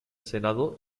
senado